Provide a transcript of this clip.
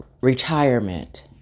retirement